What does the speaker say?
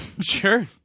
Sure